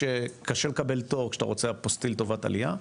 שקשה לקבל תור כשאתה רוצה אפוסטיל לטובת עלייה.